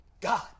God